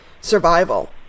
survival